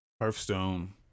Hearthstone